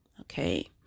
Okay